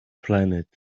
planet